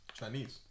chinese